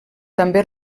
també